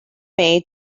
made